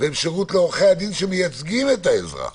ושירות לעורכי-הדין שמייצגים את האזרח.